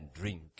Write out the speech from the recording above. drink